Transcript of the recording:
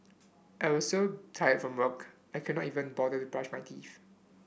I was so tired from work I could not even bother to brush my teeth